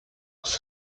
was